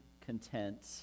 content